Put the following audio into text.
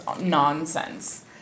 nonsense